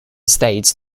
states